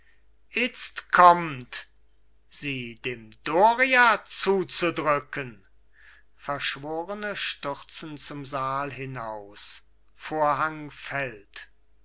itzt kommt sie dem doria zuzudrücken verschworene stürzen zum saal hinaus vorhang fällt